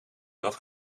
dat